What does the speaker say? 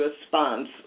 response